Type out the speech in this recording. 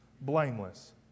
Blameless